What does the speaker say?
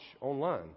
online